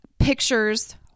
Pictures